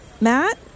Matt